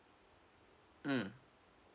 mm